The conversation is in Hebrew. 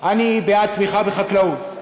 אני בעד תמיכה בחקלאות,